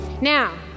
Now